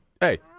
hey